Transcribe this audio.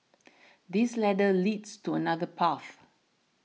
this ladder leads to another path